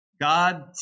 God